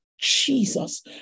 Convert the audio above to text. Jesus